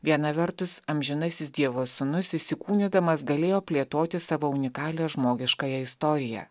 viena vertus amžinasis dievo sūnus įsikūnydamas galėjo plėtoti savo unikalią žmogiškąją istoriją